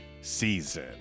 season